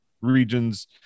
regions